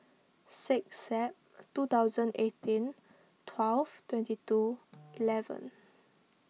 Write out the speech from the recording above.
six Sep two thousand and eighteen twelve twenty two eleven